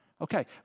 okay